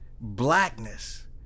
blackness